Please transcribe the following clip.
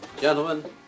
Gentlemen